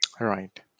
Right